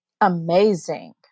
Amazing